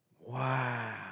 Wow